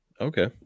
Okay